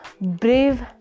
Brave